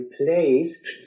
replaced